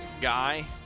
guy